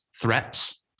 threats